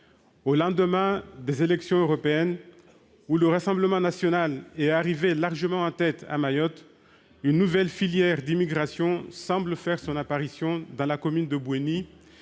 Au lendemain des élections européennes, à l'issue desquelles le Rassemblement national est arrivé largement en tête à Mayotte, une nouvelle filière d'immigration semble faire son apparition dans la commune de Bouéni,